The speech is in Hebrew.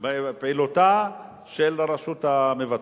בפעילותה של הרשות המבצעת.